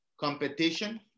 Competition